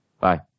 Bye